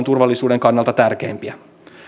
turvallisuuden kannalta tärkeimpiä